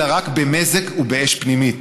אלא רק במזג ובאש פנימית.